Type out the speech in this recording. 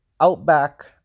Outback